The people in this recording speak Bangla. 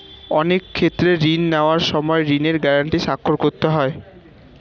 অনেক ক্ষেত্রে ঋণ নেওয়ার সময় ঋণের গ্যারান্টি স্বাক্ষর করতে হয়